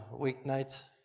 weeknights